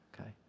okay